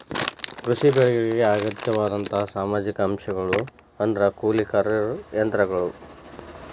ಕೃಷಿ ಬೆಳೆಗಳಿಗೆ ಅಗತ್ಯವಾದ ಸಾಮಾಜಿಕ ಅಂಶಗಳು ಅಂದ್ರ ಕೂಲಿಕಾರರು ಯಂತ್ರಗಳು